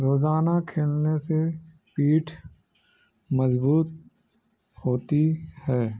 روزانہ کھیلنے سے پیٹھ مضبوط ہوتی ہے